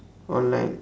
online